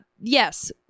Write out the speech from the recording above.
yes